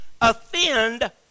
offend